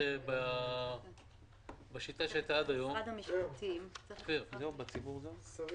בשיטה שהייתה עד היום כפי --- השנים